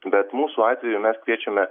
bet mūsų atveju mes kviečiame